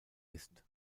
ist